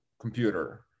computer